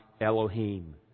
Elohim